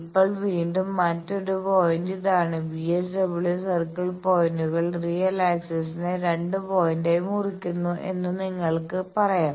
ഇപ്പോൾ വീണ്ടും മറ്റൊരു പോയിന്റ് ഇതാണ് VSWR സർക്കിൾ പോയിന്റുകൾ റിയൽ ആക്സിസ്നേ 2 പോയിന്റായി മുറിക്കുന്നു എന്ന് നിങ്ങൾക്ക് പറയാം